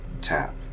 Tap